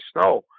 snow